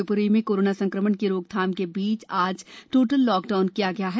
शिवपूरी में कोरोना संक्रमण की रोकथाम के बीच आज टोटल लॉकडाउन किया गया है